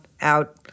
out